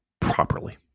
properly